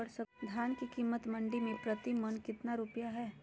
धान के कीमत मंडी में प्रति मन कितना रुपया हाय?